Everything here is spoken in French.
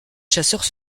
chasseurs